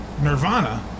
Nirvana